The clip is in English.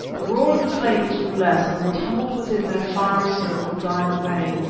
the roar of the flames grew less and the tumult within their fiery circle died away.